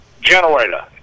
generator